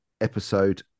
episode